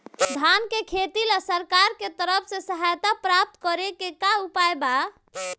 धान के खेती ला सरकार के तरफ से सहायता प्राप्त करें के का उपाय बा?